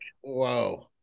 whoa